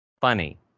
funny